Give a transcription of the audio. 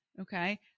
Okay